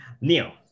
Neil